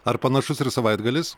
ar panašus ir savaitgalis